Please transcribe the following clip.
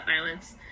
violence